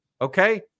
Okay